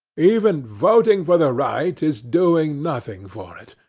even voting for the right is doing nothing for it.